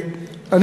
אחרי.